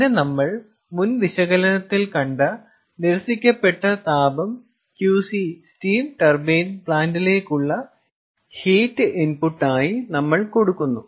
പിന്നെ നമ്മൾ മുൻ വിശകലനത്തിൽ കണ്ട നിരസിക്കപ്പെട്ട താപം QC സ്റ്റീം ടർബൈൻ പ്ലാന്റിലേക്കുള്ള ഹീറ്റ് ഇൻപുട്ടായി നമ്മൾ കൊടുക്കുന്നു